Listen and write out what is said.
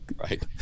Right